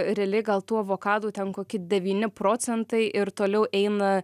realiai gal tų avokadų ten koki devyni procentai ir toliau eina